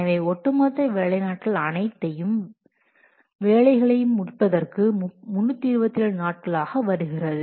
எனவே ஒட்டுமொத்த வேலை நாட்கள் அனைத்து வேலைகளையும் முடிப்பதற்கு 327 நாட்களாக வருகிறது